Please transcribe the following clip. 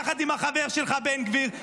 יחד עם החבר שלך בן גביר.